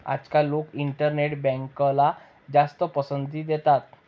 आजकाल लोक इंटरनेट बँकला जास्त पसंती देतात